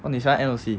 orh 你喜欢 N_O_C